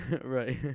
Right